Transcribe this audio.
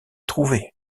trouvées